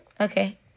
Okay